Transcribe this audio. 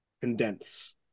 condense